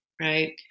right